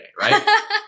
right